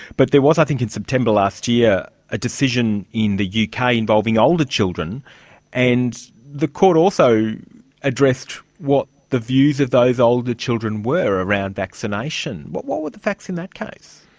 but there was, i think, in september last year a decision in the yeah uk involving older children and the court also addressed what the views of those older children were around vaccination. but what were the facts in that case?